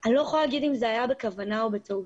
אני לא יכולה להגיד אם ה היה בכוונה או בטעות,